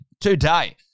Today